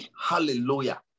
Hallelujah